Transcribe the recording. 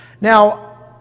Now